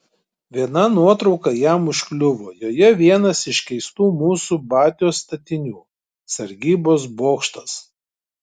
viena nuotrauka jam užkliuvo joje vienas iš keistų mūsų batios statinių sargybos bokštas